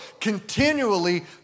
continually